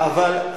עוד סיבה, אבל,